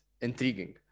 intriguing